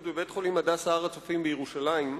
בבית-החולים "הדסה הר-הצופים" בירושלים,